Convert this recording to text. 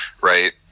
right